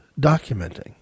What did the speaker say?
documenting